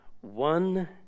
one